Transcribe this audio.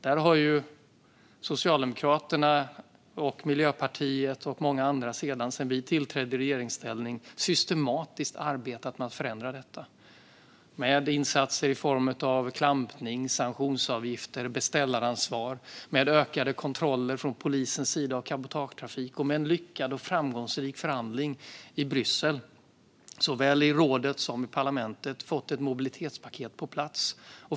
Sedan Socialdemokraterna och Miljöpartiet bildade regering har vi och många andra systematiskt arbetat för att förändra detta, med insatser i form av klampning, sanktionsavgifter, beställaransvar och ökade poliskontroller av cabotagetrafik. Genom framgångsrik förhandling i såväl rådet som parlamentet i Bryssel har vi även fått ett mobilitetspaket på plats.